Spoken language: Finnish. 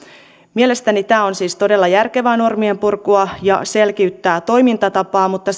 mielestäni tämä on siis todella järkevää normienpurkua ja selkiyttää toimintatapaa mutta